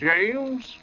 James